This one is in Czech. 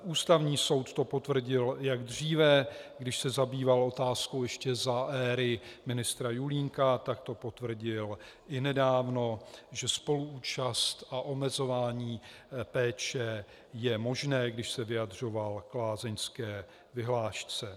Ústavní soud to potvrdil již dříve, když se zabýval otázkou ještě za éry ministra Julínka, tak to potvrdil i nedávno, že spoluúčast a omezování péče jsou možné, když se vyjadřoval k lázeňské vyhlášce.